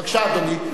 בבקשה, אדוני.